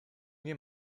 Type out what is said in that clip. nie